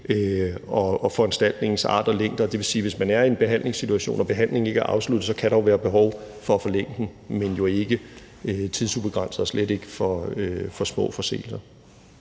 og foranstaltningens art og længde, og det vil sige, at hvis man er i en behandlingssituation og behandlingen ikke er afsluttet, så kan der være behov for at forlænge den, men jo ikke tidsubegrænset og slet ikke for små forseelser.